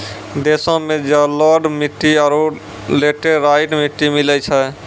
देशो मे जलोढ़ मट्टी आरु लेटेराइट मट्टी मिलै छै